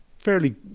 Fairly